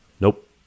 Nope